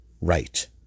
right